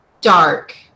dark